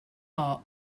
are